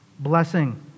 Blessing